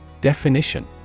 Definition